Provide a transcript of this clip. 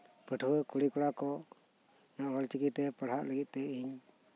ᱯᱟᱹᱴᱷᱩᱣᱟᱹ ᱠᱩᱲᱤ ᱠᱚᱲᱟ ᱠᱚ ᱚᱞ ᱪᱤᱠᱤ ᱛᱮ ᱯᱟᱲᱦᱟᱜ ᱞᱟᱹᱜᱤᱫ ᱛᱮ ᱤᱧ